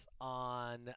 on